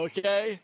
Okay